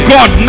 God